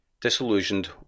disillusioned